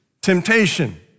temptation